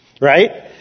right